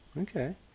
Okay